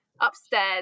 upstairs